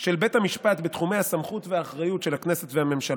של בית המשפט בתחומי הסמכות והאחריות של הכנסת והממשלה.